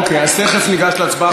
אוקיי, אז תכף ניגש להצבעה.